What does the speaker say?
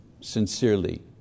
sincerely